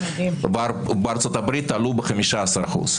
ובארצות הברית עלו ב-15%.